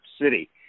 City